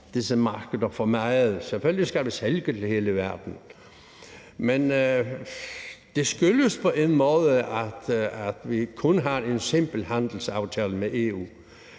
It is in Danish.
disse markeder – selvfølgelig skal vi sælge til hele verden – men det skyldes på en måde, at vi kun har en simpel handelsaftale med EU.